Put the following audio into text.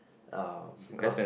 uh because